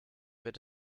wird